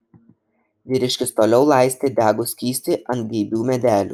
vyriškis toliau laistė degų skystį ant geibių medelių